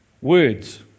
Words